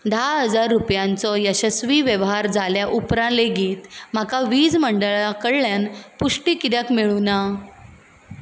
धा हजार रुपयांचो यशस्वी वेव्हार जाले उपरांत लेगीत म्हाका वीज मंडळा कडल्यान पुष्टी कित्याक मेळूं ना